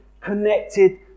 connected